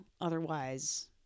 Otherwise